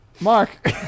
Mark